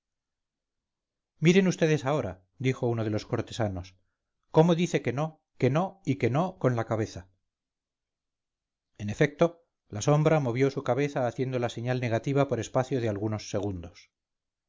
miren vds ahora dijo uno de los cortesanos cómo dice que no que no y que no con la cabeza en efecto la sombra movió su cabeza haciendo la señal negativa por espacio de algunos segundos